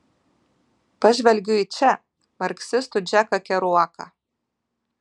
pažvelgiu į če marksistų džeką keruaką